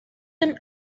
him